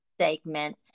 segment